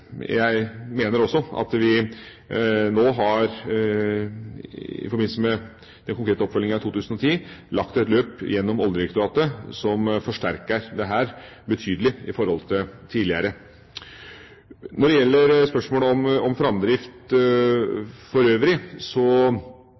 Jeg mener også at vi, i forbindelse med den konkrete oppfølgingen i 2010, har lagt et løp gjennom Oljedirektoratet som forsterker dette betydelig i forhold til tidligere. Når det gjelder spørsmålet om framdrift